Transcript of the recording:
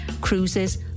cruises